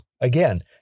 Again